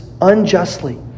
unjustly